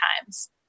times